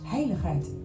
Heiligheid